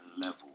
level